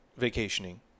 vacationing